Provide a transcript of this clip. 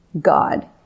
God